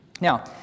Now